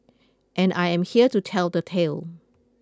and I am here to tell the tale